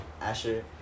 Asher